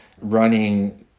running